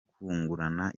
kungurana